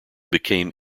became